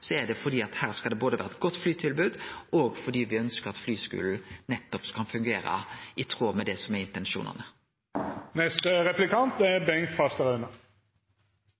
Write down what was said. er det både fordi det skal vere eit godt flytilbod, og fordi me ønskjer at flyskulen skal fungere i tråd med det som er